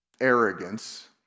arrogance